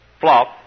flop